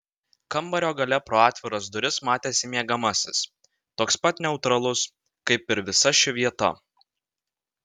kambario gale pro atviras duris matėsi miegamasis toks pat neutralus kaip ir visa ši vieta